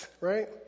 right